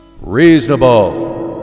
REASONABLE